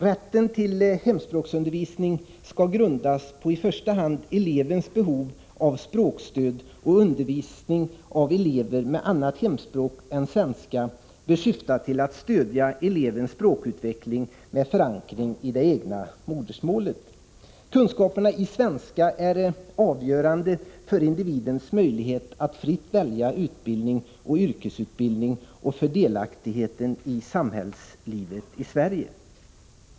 Rätten till hemspråksundervisning skall i första hand grundas på elevens behov av språkstöd, och undervisningen av elever med annat hemspråk än svenska bör syfta till att stödja elevens språkutveckling, med förankring i det egna modersmålet. Kunskaperna i svenska är avgörande för individens möjligheter att fritt välja utbildning och yrkesinriktning och för delaktigheten i samhällslivet i Sverige.